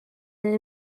and